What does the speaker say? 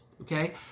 okay